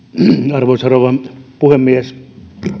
arvoisa rouva puhemies